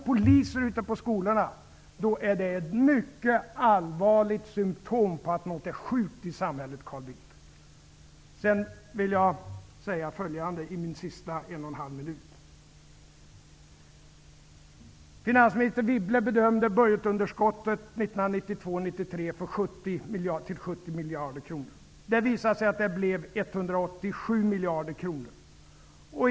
Poliser ute på skolorna är ett mycket allvarligt symtom på att någonting är sjukt i samhället, Carl Bildt. Finansminister Wibble bedömde budgetunderskottet 1992/93 till 70 miljarder kronor. Det visade sig att det blev 187 miljarder kronor.